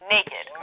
Naked